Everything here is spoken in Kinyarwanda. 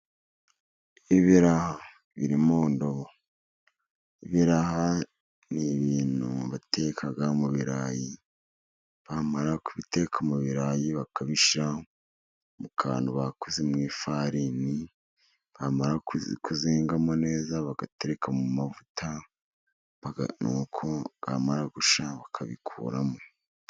Ibiraha biri mu ndobo. Ibiraha ni ibintu bateka mu birarayi, bamara kubiteka mu birayi bakabishyira mu kantu bakoze mu ifarini, bamara kuzingamo neza bagatereka mu mavuta, nuko byamara gushya bakabikuramo.